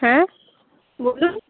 হ্যাঁ বলুন